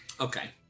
Okay